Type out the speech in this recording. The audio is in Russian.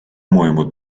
моему